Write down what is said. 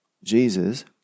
Jesus